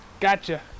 Gotcha